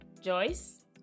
Joyce